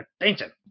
attention